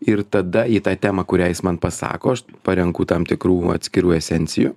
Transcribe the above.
ir tada į tą temą kurią jis man pasako aš parenku tam tikrų atskirų esencijų